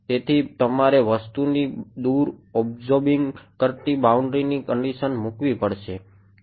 તેથી તમારે વસ્તુથી દૂર અબ્સોર્બિંગ કરતી બાઉન્ડ્રીની કંડીશન મૂકવી પડશે